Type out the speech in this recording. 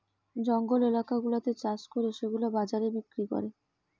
জঙ্গল এলাকা গুলাতে চাষ করে সেগুলা বাজারে বিক্রি করে